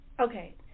okay